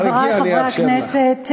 חברי חברי הכנסת,